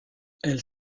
elles